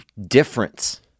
difference